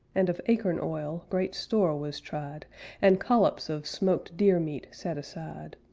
and of acorn oil great store was tried and collops of smoked deer meat set aside,